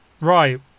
Right